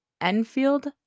Enfield